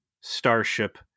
starship